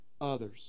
others